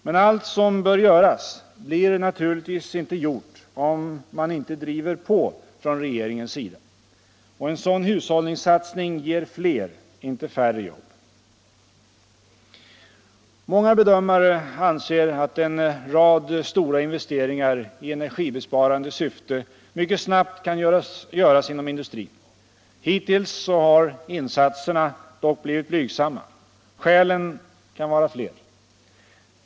Men allt som bör göras blir naturligtvis inte gjort om man inte driver på från regeringens sida. Och en sådan hushållningssatsning ger fler — inte färre — jobb. Många bedömare anser att en rad stora investeringar i energibesparande syfte mycket snabbt kan göras inom industrin. Hittills har insatserna dock blivit blygsamma. Skälen kan vara flera.